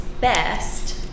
best